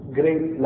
great